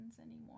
anymore